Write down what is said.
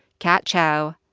kat chow,